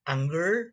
Anger